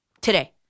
today